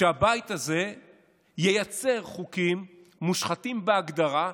כשהבית הזה ייצר חוקים מושחתים בהגדרה,